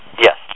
Yes